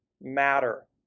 matter